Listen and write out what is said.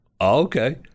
okay